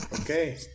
Okay